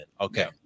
okay